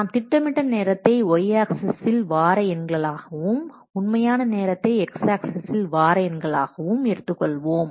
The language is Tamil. நாம் திட்டமிட்ட நேரத்தை y ஆக்சிஸில் வார எண்கள் ஆகவும் உண்மையான நேரத்தை x ஆக்சிஸில் வார எண்கள் ஆகவும் எடுத்துக்கொள்வோம்